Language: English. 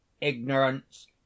ignorance